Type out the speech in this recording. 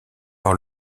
par